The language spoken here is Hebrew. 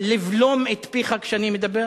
לבלום את פיך כשאני מדבר?